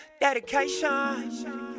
Dedication